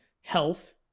health